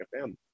FM